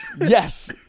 Yes